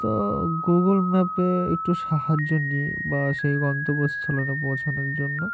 তো গুগল ম্যাপে একটু সাহায্য নিই বা সেই গন্তব্যস্থলে পৌঁছানোর জন্য